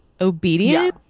obedient